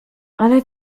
ale